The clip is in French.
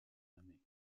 année